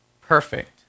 perfect